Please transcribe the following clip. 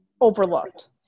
overlooked